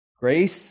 Grace